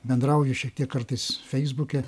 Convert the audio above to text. bendrauju šiek tiek kartais feisbuke